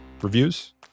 reviews